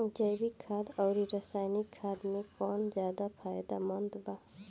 जैविक खाद आउर रसायनिक खाद मे कौन ज्यादा फायदेमंद बा?